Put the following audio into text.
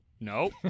no